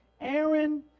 Aaron